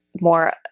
more